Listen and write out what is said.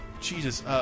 Jesus